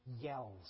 yells